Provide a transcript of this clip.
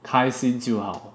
开心就好